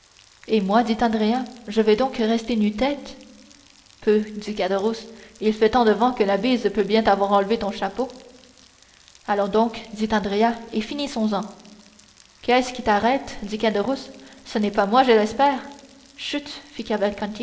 et moi dit andrea je vais donc rester nu-tête peuh dit caderousse il fait tant de vent que la bise peut bien t'avoir enlevé ton chapeau allons donc dit andrea et finissons-en qui est-ce qui t'arrête dit caderousse ce n'est pas moi je l'espère chut